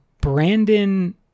brandon